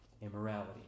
immorality